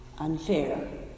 unfair